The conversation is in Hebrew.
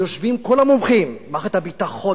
יושבים כל המומחים: מערכת הביטחון,